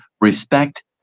respect